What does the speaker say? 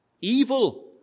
Evil